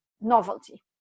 novelty